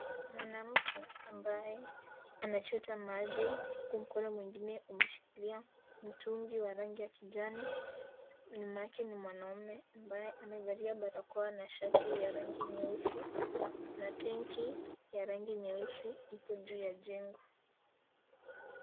Mwanamke ambaye anachota maji huku mkono mwingine umeshikilia mtungi wa rangi ya kijani, nyuma yake ni mwanaume ambaye amevalia barakoa na shati ya rangi nyeusi, kuna tenki ya rangi nyeusi iko juu ya jengo.